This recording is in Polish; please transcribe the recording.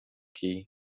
kij